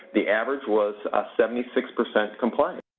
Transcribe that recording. the average was seventy six percent compliance.